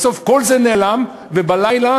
בסוף כל זה נעלם, ובלילה